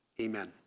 amen